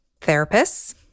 therapists